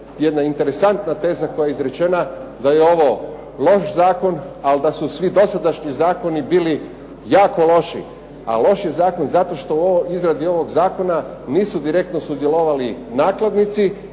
jedna interesantna teza koja je izrečena da je ovo loš zakon, ali da su dosadašnji svi zakoni bili jako loši. A loš je zakon zato što u izradi ovog zakona nisu direktno sudjelovali nakladnici.